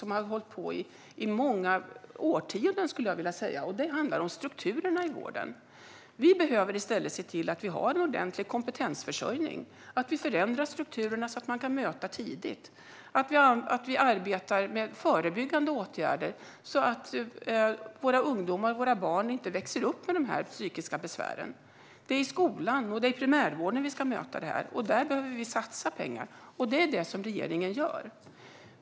Den har pågått i många årtionden, skulle jag vilja säga. Det handlar om strukturerna i vården. Vi behöver i stället se till att vi har en ordentlig kompetensförsörjning, att vi förändrar strukturerna så att man kan möta detta tidigt och att vi arbetar med förebyggande åtgärder så att våra ungdomar och barn inte växer upp med dessa psykiska besvär. Det är i skolan och i primärvården vi ska möta detta. Där behöver vi satsa pengar, och det är det som regeringen gör.